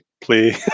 play